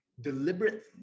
deliberate